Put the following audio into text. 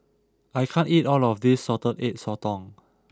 I can't eat all of this Salted Egg Sotong